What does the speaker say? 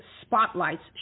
spotlights